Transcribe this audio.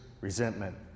resentment